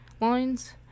lines